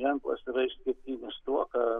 ženklas yra išskirtinis tuo kad